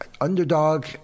Underdog